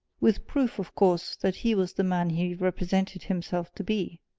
with proof, of course, that he was the man he represented himself to be?